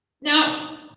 now